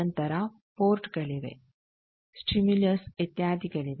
ನಂತರ ಪೋರ್ಟ್ಗಳಿವೆ ಸ್ಟಿಮ್ಯುಲಾಸ್ ಇತ್ಯಾದಿಗಳಿವೆ